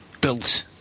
built